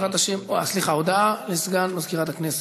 הודעה לסגן מזכירת הכנסת.